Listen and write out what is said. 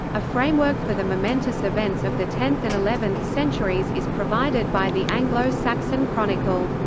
a framework for the momentous events of the tenth and eleventh centuries is provided by the anglo-saxon chronicle.